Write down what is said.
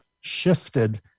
shifted